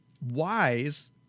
wise